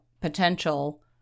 potential